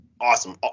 awesome